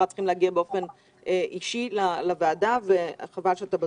צריכים להגיע באופן אישי לוועדה וחבל שאתה בזום.